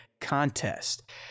contest